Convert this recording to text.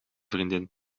vriendin